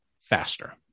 faster